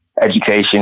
Education